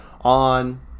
on